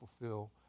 fulfill